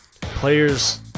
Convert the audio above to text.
players